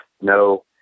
no